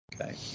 Okay